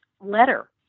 letter